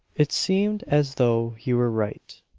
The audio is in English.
it seemed as though he were right.